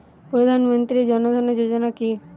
প্রধান মন্ত্রী জন ধন যোজনা কি?